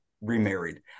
remarried